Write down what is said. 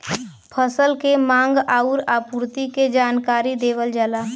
फसल के मांग आउर आपूर्ति के जानकारी देवल जाला